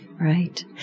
right